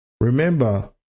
Remember